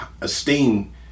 esteem